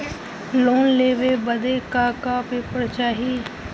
Loan लेवे बदे का का पेपर चाही?